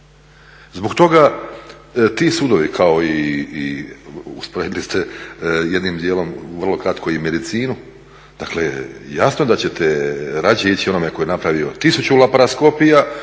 Zbog toga ti sudovi kao i, usporedili ste jednim djelom vrlo kratko i medicinu, dakle jasno da ćete rađe ići onome tko je napravio 1000 laparoskopija